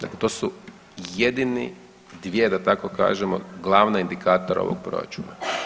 Dakle, to su jedini, dvije da tako kažemo, glavna indikatora ovog Proračuna.